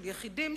של יחידים,